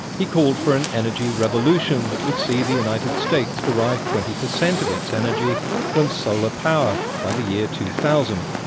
he called for an energy revolution that would see the united states derive twenty percent of its energy from solar power by the year two thousand.